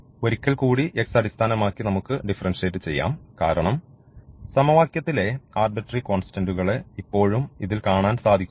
ഒരിക്കൽ കൂടി x അടിസ്ഥാനമാക്കി നമുക്ക് ഡിഫറൻഷിയേറ്റ് ചെയ്യാം കാരണം സമവാക്യത്തിലെ ആർബിട്രറി കോൺസ്റ്റന്റുകളെ ഇപ്പോഴും ഇതിൽ കാണാൻ സാധിക്കുന്നു